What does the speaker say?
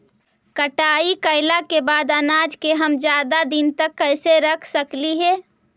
कटाई कैला के बाद अनाज के हम ज्यादा दिन तक कैसे रख सकली हे?